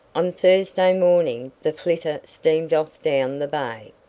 on thursday morning the flitter steamed off down the bay,